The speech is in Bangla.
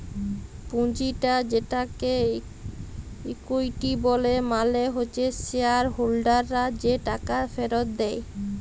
পুঁজিটা যেটাকে ইকুইটি ব্যলে মালে হচ্যে শেয়ার হোল্ডাররা যে টাকা ফেরত দেয়